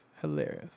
Hilarious